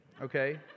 okay